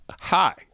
Hi